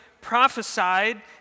prophesied